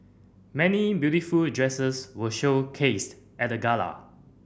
many beautiful dresses were showcased at the gala